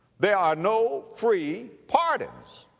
there are no free pardons,